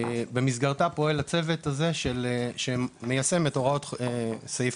במסגרתה פועל הצוות שמיישם את הוראת סעיף